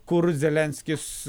kur zelenskis